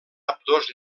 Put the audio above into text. ambdós